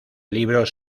libros